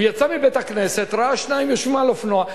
הוא יצא מבית-הכנסת, ראה שניים יושבים על אופנוע.